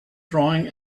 drawing